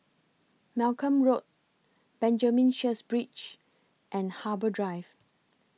Malcolm Road Benjamin Sheares Bridge and Harbour Drive